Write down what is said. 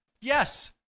Yes